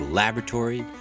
laboratory